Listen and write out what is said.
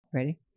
Ready